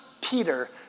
Peter